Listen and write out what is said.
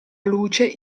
luce